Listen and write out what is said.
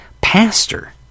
pastor